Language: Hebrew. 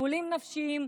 לטיפולים נפשיים,